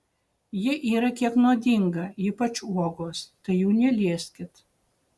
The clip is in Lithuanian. ji yra kiek nuodinga ypač uogos tai jų nelieskit